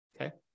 Okay